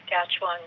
Saskatchewan